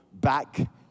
back